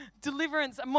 Deliverance